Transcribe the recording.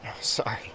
sorry